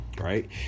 right